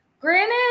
granted